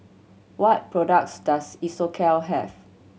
what products does Isocal have